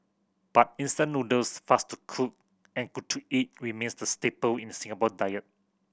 but instant noodles fast to cook and good to eat remains the staple in Singapore diet